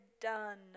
done